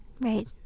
right